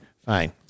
fine